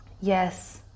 Yes